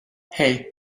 hey